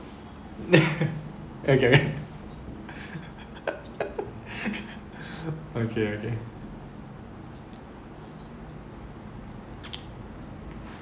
okay okay okay